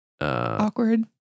awkward